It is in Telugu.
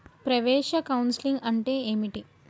ప్రవేశ కౌన్సెలింగ్ అంటే ఏమిటి?